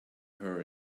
her